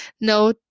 no